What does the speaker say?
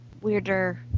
weirder